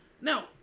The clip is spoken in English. Now